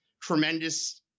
tremendous